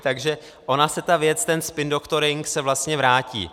Takže ona se ta věc, ten spindoktoring se vlastně vrátí.